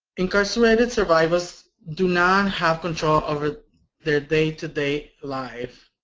incarcerated survivors do not have control over their day to day life.